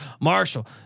Marshall